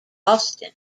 austin